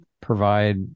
provide